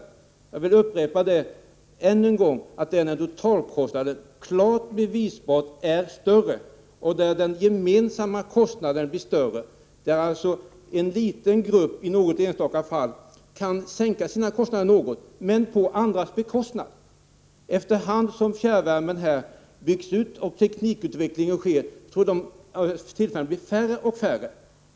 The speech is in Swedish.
Jag vill upprepa än en gång att den totalkostnaden klart bevisbart blir större och att den gemensamma kostnaden blir större. Det är alltså en liten grupp som i något enstaka fall kan sänka sin kostnad något — men på andras bekostnad. Efter hand som fjärrvärmen byggs ut och tekniken utvecklas blir de tillfällena färre och färre.